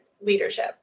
leadership